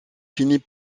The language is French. finit